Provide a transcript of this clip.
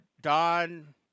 Don